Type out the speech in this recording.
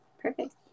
Perfect